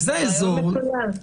זה רעיון מצוין,